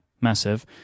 massive